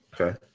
okay